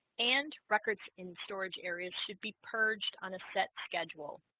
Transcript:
and records in storage areas should be purged on a set schedule